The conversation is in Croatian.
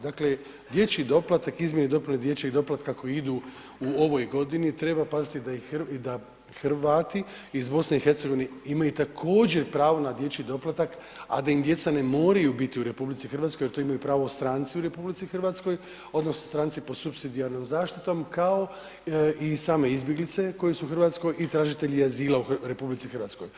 Dakle, dječji doplatak, izmjene i dopune dječjeg doplatka koje idu u ovoj godini, treba paziti da Hrvati iz BiH-a imaju također pravo na dječji doplatak a da im djeca ne moraju biti u RH jer to imaju pravo stranci u RH odnosno stranci pod supsidijarnom zaštitom kao i same izbjeglice koje su u Hrvatskoj i tražitelji azila u RH.